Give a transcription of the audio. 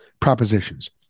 propositions